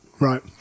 Right